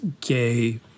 gay